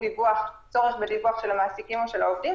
צורך בדיווח של המעסיקים או של העובדים.